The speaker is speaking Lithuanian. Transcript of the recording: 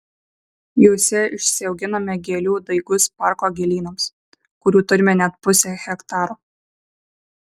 juose išsiauginame gėlių daigus parko gėlynams kurių turime net pusę hektaro